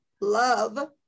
love